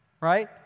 right